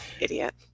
Idiot